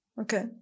Okay